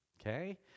okay